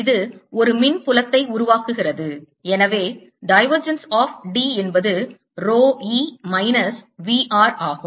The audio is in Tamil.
இது ஒரு மின் புலத்தை உருவாக்குகிறது எனவே divergence of D என்பது rho E minus V r ஆகும்